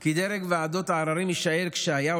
כי דרג ועדות העררים יישאר כשהיה,